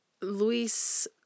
Luis